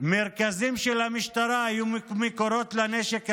מרכזים של המשטרה היו מקורות של הנשק הזה,